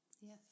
Yes